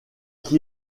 qui